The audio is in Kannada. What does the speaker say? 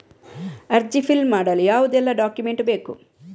ಅರ್ಜಿ ಫಿಲ್ ಮಾಡಲು ಯಾವುದೆಲ್ಲ ಡಾಕ್ಯುಮೆಂಟ್ ಬೇಕು?